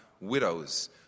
widows